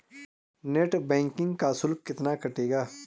Net banking का शुल्क कितना कटेगा?